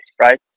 right